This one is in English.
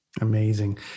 Amazing